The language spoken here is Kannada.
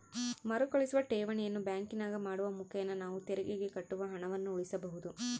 ಮರುಕಳಿಸುವ ಠೇವಣಿಯನ್ನು ಬ್ಯಾಂಕಿನಾಗ ಮಾಡುವ ಮುಖೇನ ನಾವು ತೆರಿಗೆಗೆ ಕಟ್ಟುವ ಹಣವನ್ನು ಉಳಿಸಬಹುದು